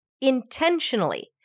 intentionally